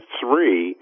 three